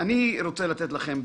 אני רוצה לתת לכם דוגמה.